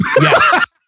Yes